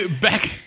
back